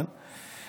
כן,